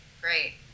great